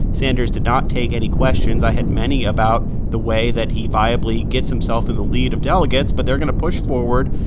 sanders did not take any questions. i had many about the way that he viably gets himself in the lead of delegates. but they're going to push forward.